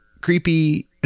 creepy